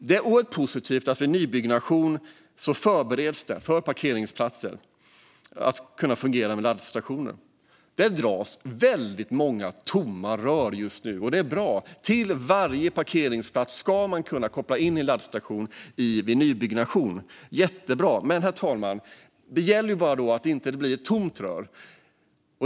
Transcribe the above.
Det är oerhört positivt att det vid nybyggnation förbereds för att parkeringsplatser ska kunna fungera med laddstationer. Det dras väldigt många tomma rör just nu, och det är bra. Till varje parkeringsplats ska man kunna koppla in en laddstation vid nybyggnation. Det är jättebra. Men, herr talman, det gäller att det inte bara blir ett tomt rör.